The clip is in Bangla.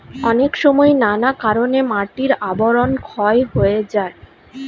অনেক সময় নানা কারণে মাটির আবরণ ক্ষয় হয়ে যায়